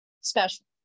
special